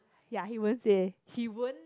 ya he won't say he won't